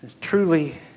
truly